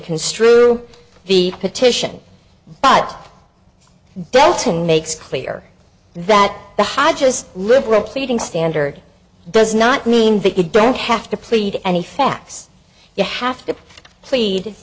construe the petition but delton makes clear that the high just liberal pleading standard does not mean that you don't have to plead any facts you have to plead